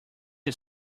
you